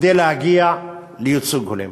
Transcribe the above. כדי להגיע לייצוג הולם.